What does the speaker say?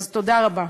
אז תודה רבה.